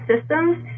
systems